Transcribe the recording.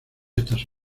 estas